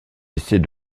essais